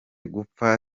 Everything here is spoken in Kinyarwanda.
gupfa